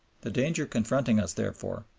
the danger confronting us, therefore,